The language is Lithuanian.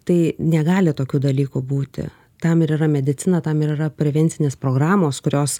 tai negali tokių dalykų būti tam ir yra medicina tam yra prevencinės programos kurios